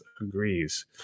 agrees